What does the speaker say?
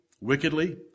Wickedly